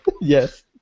Yes